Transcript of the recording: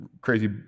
crazy